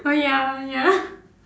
oh ya oh ya